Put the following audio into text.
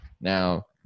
Now